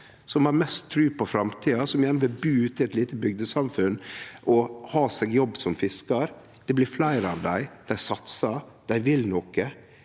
som har mest tru på framtida, som gjerne vil bu ute i eit lite bygdesamfunn og ha seg jobb som fiskar. Det blir fleire av dei, dei satsar, dei vil noko.